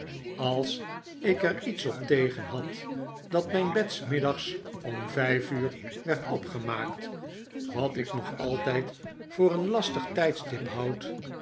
als ik er iets op tegen had dat mijn bed s middags om vijf uur werd opgemaakt wat ik nog altijd voor een lastig tijdstip houd